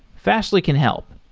fastly can help.